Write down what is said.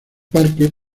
parque